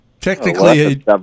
Technically